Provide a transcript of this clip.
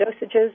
dosages